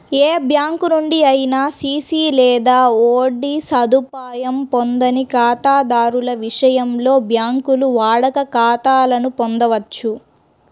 ఏ bank నుండి అయినా CC లేదా ఓడి సదుపాయం పొందని ఖాతాదారుల విషయంలో, బ్యాంకులు వాడుక ఖాతాలను పొందొచ్చు